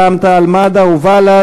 רע"ם-תע"ל-מד"ע ובל"ד.